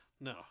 No